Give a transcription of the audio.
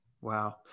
Wow